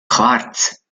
quarz